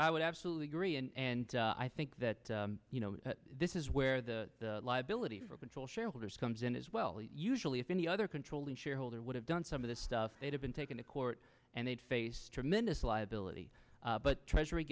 i would absolutely agree and i think that you know this is where the liability for control shareholders comes in as well usually if any other controlling shareholder would have done some of this stuff they'd have been taken to court and they'd face tremendous liability but treasury